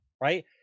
Right